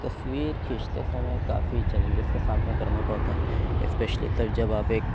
تصویر کھیچتے سمعے کافی چیلینجز کا سامنا کرنا پڑتا ہے اسپیشلی تب جب آپ ایک